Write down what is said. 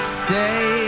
stay